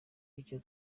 n’icyo